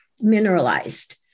mineralized